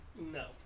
No